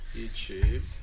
YouTube